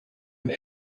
und